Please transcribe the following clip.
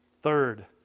Third